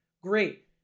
Great